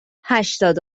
هشتاد